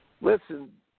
listen